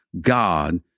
God